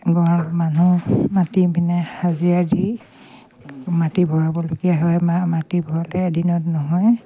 ঘৰত মানুহ মাতি পিনে হাজিৰা দি মাটি ভৰাবলগীয়া হয় মাটি ভৰালে এদিনত নহয়